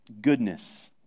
goodness